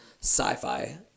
sci-fi